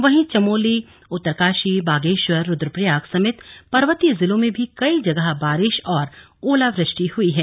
वहीं चमोली उत्तरकाशी बागेश्वर रूद्रप्रयाग समेत पर्वतीय जिलों में भी कई जगह बारिश और ओलावृष्टि हुई है